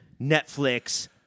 Netflix